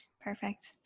Perfect